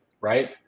right